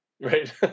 Right